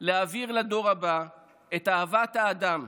להעביר לדור הבא את אהבת האדם,